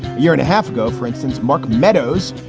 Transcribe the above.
year and a half ago, for instance, mark meadows,